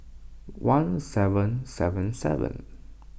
one seven seven seven